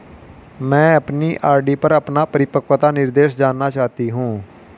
मैं अपनी आर.डी पर अपना परिपक्वता निर्देश जानना चाहती हूँ